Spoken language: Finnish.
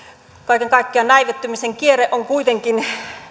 kaiken kaikkiaan näivettymisen kierre on kuitenkin